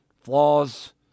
Flaws